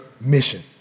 mission